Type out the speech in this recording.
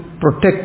protect